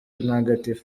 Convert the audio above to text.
ntagatifu